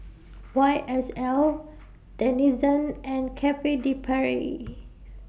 Y S L Denizen and Cafe De Paris